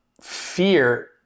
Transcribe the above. fear